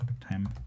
time